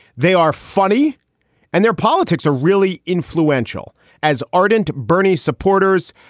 they are funny and their politics are really influential as ardent bernie supporters.